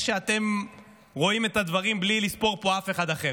שאתם רואים את הדברים בלי לספור אף אחד אחר.